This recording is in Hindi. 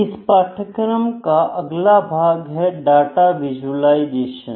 इस पाठ्यक्रम का अगला भाग है डाटा विजुलाइजेशन